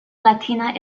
latina